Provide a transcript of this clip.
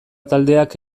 taldeak